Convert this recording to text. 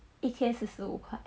一天四十五块